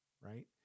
right